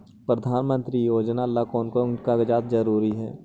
प्रधानमंत्री योजना ला कोन कोन कागजात जरूरी है?